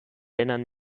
erinnern